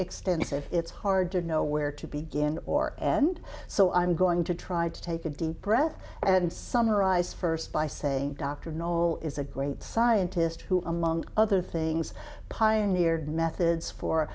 extensive it's hard to know where to begin or end so i'm going to try to take a deep breath and summarize first by saying dr in all is a great scientist who among other things pioneered methods for